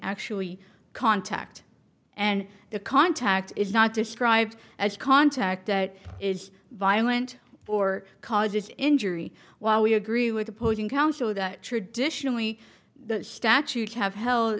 actually contact and the contact is not described as contact that is violent or causes injury while we agree with opposing counsel traditionally the statute have held